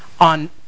on